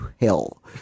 hell